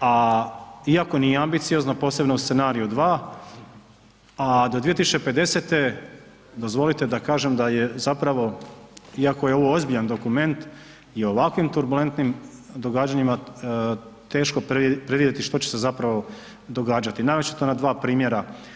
a iako nije ambiciozno posebno u scenariju dva, a do 2050. dozvolite da kažem da je zapravo iako je ovo ozbiljan dokument i ovakvim turbulentnim događanjima teško predvidjeti što će se zapravo događati, naročito na dva primjera.